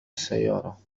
السيارة